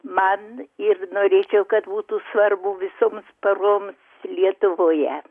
man ir norėčiau kad būtų svarbu visoms poroms lietuvoje